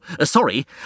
sorry